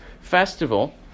festival